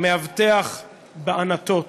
מאבטח בענתות.